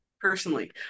Personally